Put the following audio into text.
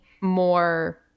more